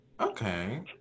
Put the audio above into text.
Okay